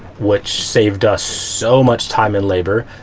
which saved us so much time and labor,